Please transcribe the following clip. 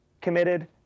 committed